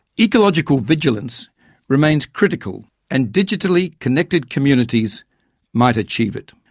ecological vigilance remains critical and digitally connected communities might achieve it.